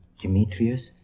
Demetrius